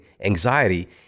anxiety